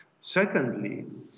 Secondly